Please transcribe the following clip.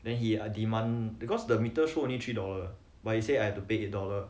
then he demand because the meter show only three dollar but he said I have to pay eight dollar